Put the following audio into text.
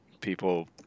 people